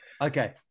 Okay